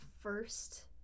first